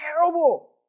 terrible